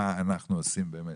מה אנחנו עושים באמת,